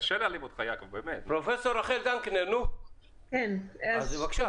פרופ' רחל דנקנר, בבקשה.